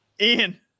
ian